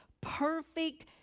perfect